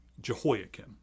Jehoiakim